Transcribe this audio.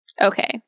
Okay